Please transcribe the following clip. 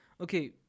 Okay